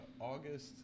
August